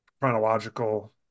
chronological